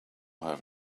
have